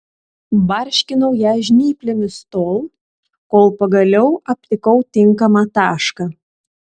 barškinau ją žnyplėmis tol kol pagaliau aptikau tinkamą tašką